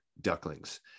ducklings